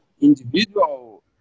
individual